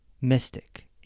mystic